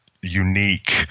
unique